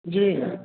जी